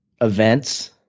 events